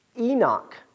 Enoch